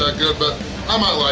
ah good, but i might